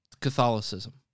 Catholicism